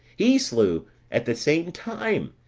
he slew at the same time,